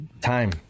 Time